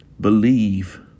Believe